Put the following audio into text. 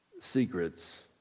secrets